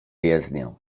jezdnię